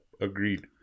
agreed